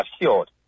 assured